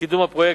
לקידום פרויקטים.